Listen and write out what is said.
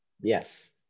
Yes